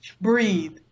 breathe